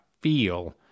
feel